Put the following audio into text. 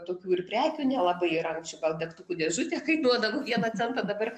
tokių ir prekių nelabai yra anksčiau gal degtukų dėžutė kainuodavo vieną centą dabar